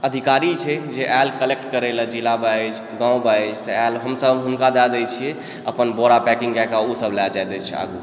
अधिकारी छै जे आयल कलेक्ट करै लेल जिला वाइज गाँव वाइज आयल तऽ अपन हम सब हुनका दए दैत छी अपन बोरा पैकिङ्ग कए कऽ ओ सब लऽ जाइत छै आगू